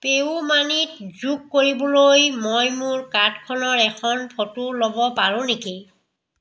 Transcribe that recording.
pay U মানিত যোগ কৰিবলৈ মই মোৰ কাৰ্ডখনৰ এখন ফটো ল'ব পাৰোঁ নেকি